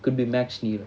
could be max neil